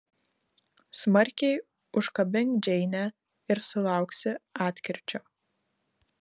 smarkiai užkabink džeinę ir sulauksi atkirčio